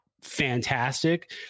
fantastic